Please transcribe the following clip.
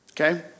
okay